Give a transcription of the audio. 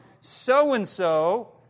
so-and-so